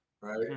right